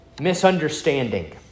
misunderstanding